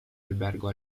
albergo